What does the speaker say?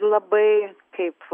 labai kaip